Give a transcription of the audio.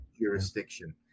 jurisdiction